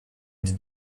did